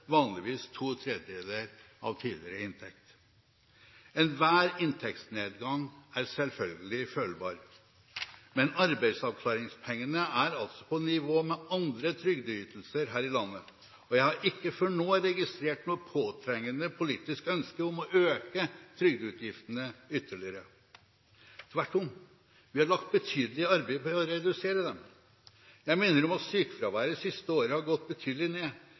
vanligvis to tredjedeler av tidligere inntekt. Enhver inntektsnedgang er selvfølgelig følbar, men arbeidsavklaringspengene er altså på nivå med andre trygdeytelser her i landet. Jeg har ikke før nå registrert noe påtrengende politisk ønske om å øke trygdeutgiftene ytterligere. Tvert om, vi har lagt betydelig arbeid i å redusere dem. Jeg minner om at sykefraværet de siste åra har gått betydelig ned,